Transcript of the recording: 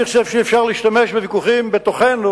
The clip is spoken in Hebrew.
אני חושב שאי-אפשר להשתמש בוויכוחים בתוכנו